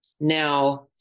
Now